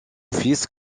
fils